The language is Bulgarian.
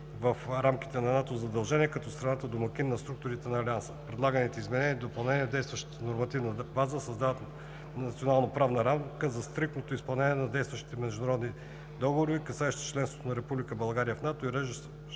в рамките на НАТО задължения като страна домакин на структури на Алианса. Предлаганите изменения и допълнения в действащата нормативна база създават национална правна рамка за стриктно изпълнение на действащите международни договори, касаещи членството на Република България в НАТО, и уреждащи